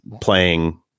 playing